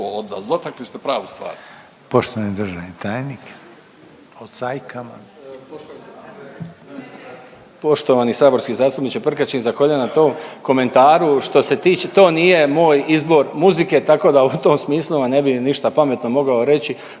**Reiner, Željko (HDZ)** Poštovani državni tajnik. **Glavina, Tonči** Poštovani saborski zastupniče Prkačin zahvaljujem na tom komentaru. Što se tiče, to nije moj izbor muzike tako da u tom smislu vam ne bi ništa pametno mogao reći